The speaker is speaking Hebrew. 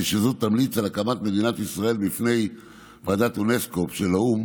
שזו תמליץ על הקמת מדינת ישראל בפני ועדת אונסקו"פ של האו"ם,